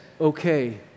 okay